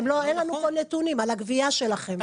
אין לנו פה נתונים על הגבייה שלכם.